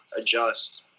adjust